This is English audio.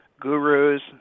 gurus